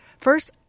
first